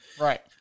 Right